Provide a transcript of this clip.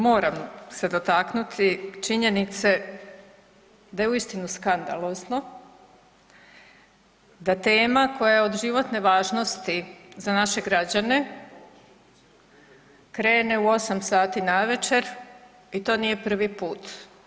Moram se dotaknuti činjenice da je uistinu skandalozno da tema koja je od životne važnosti za naše građane krene u 8 sati navečer i to nije prvi put.